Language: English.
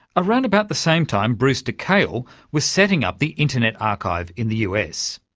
around about the same time brewster kahle was setting up the internet archive in the us.